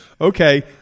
okay